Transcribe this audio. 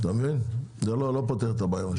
זה לא פותר את הבעיה.